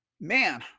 man